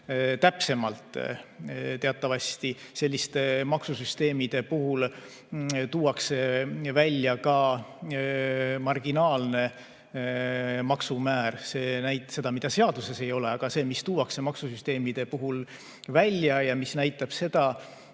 Teatavasti selliste maksusüsteemide puhul tuuakse välja ka marginaalne maksumäär, mida seaduses ei ole, aga see tuuakse maksusüsteemide puhul välja ja see näitab seda,